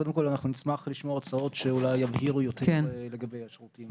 קודם כל אנחנו נשמח לשמוע הצעות שאולי יבהירו יותר לגבי השירותים האלה.